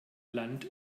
land